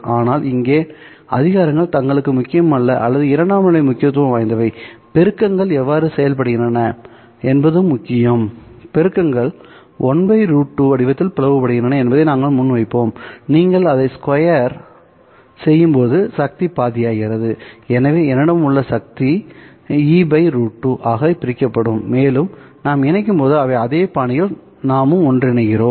ஆனால்இங்கே அதிகாரங்கள் தங்களுக்கு முக்கியமல்ல அல்லது இரண்டாம் நிலை முக்கியத்துவம் வாய்ந்தவைபெருக்கங்கள் எவ்வாறு பிளவுபடுகின்றன என்பது முக்கியம் பெருக்கங்கள் 1 √2 வடிவத்தில் பிளவுபடுகின்றன என்பதை நாங்கள் முன்வைப்போம்நீங்கள் அதை ஸ்கொயர் செய்யும்போது சக்தி பாதியாகிறது எனவேஎன்னிடம் உள்ள இந்த சக்தி E¿ √2 ஆக பிரிக்கப்படும் மேலும் நாம் ஒன்றிணைக்கும்போது அவர்கள் அதே பாணியில் நாமும் ஒன்றிணைகிறோம்